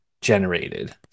generated